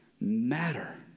matter